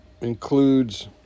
includes